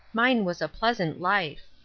mine was a pleasant life.